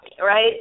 Right